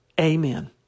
Amen